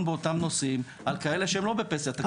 באותם נושאים על כאלו שהם לא בפנסיה תקציבית.